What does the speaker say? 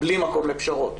בלי מקום לפשרות.